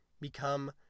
become